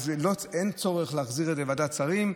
אז אין צורך להחזיר לוועדת שרים,